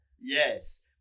Yes